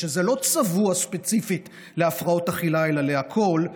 שזה לא צבוע ספציפית להפרעות אכילה אלא לכול,